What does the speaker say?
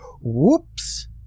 whoops